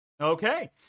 Okay